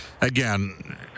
again